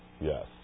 Yes